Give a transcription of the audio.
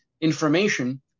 information